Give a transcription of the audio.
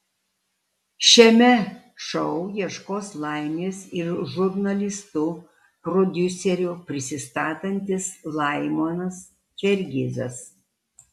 šiame šou ieškos laimės ir žurnalistu prodiuseriu prisistatantis laimonas fergizas